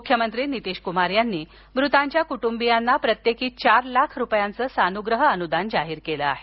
मुख्यमंत्री नितीश कुमार यांनी मृतांच्या कुटुंबियांना प्रत्येक चार लाख रुपयांचे सानुग्रह अनुदान जाहीर केले आहे